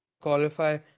qualify